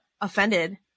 offended